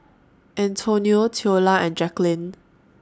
Antonio Theola and Jacquline